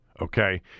okay